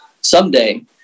Someday